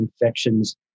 infections